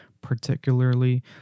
particularly